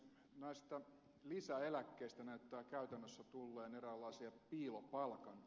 näistä lisäeläkkeistä näyttää käytännössä tulleen eräänlaisia piilopalkanosia